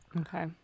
Okay